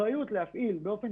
להן יכולת